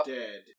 dead